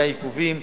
היו עיכובים,